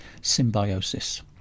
symbiosis